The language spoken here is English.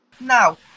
Now